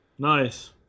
Nice